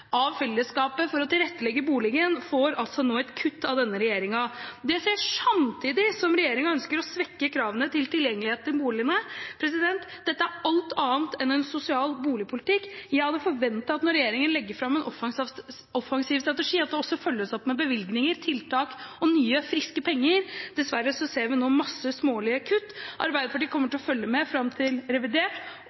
av fellesskapet for å tilrettelegge boligen, får nå et kutt av denne regjeringen. Det skjer samtidig som regjeringen ønsker å svekke kravene til tilgjengelighet til boligene. Dette er alt annet enn en sosial boligpolitikk. Jeg hadde forventet, når regjeringen legger fram en offensiv strategi, at det også følges opp med bevilgninger, tiltak og nye, friske penger. Dessverre ser vi nå mange smålige kutt. Arbeiderpartiet kommer til å følge med fram til revidert,